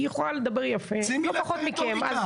היא יכולה לדבר יפה לא פחות מכם.